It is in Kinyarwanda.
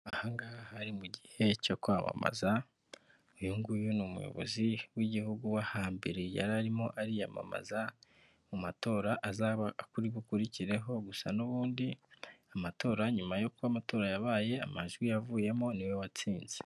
Aha hari mu gihe cyo kwamamaza, uyu nguyu ni umuyobozi w'igihugu wo hambere yararimo ariyamamaza, mu matora azaba aribukurikireho, gusa nubundi amatora nyuma yuko amatora yabaye amajwi yavuyemo niwe watsinze.